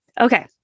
Okay